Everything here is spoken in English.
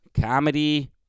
comedy